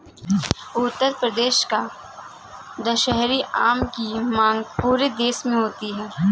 उत्तर प्रदेश का दशहरी आम की मांग पूरे देश में होती है